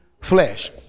Flesh